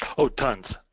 oh, tonnes,